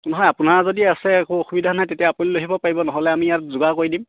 নহয় আপোনাৰ যদি আছে একো অসুবিধা নাই তেতিয়া আপুনি লৈ আহিব পাৰিব নহ'লে আমি ইয়াত যোগাৰ কৰি দিম